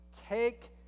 Take